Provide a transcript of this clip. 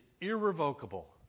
irrevocable